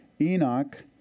Enoch